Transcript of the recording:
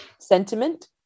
sentiment